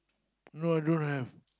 no I don't have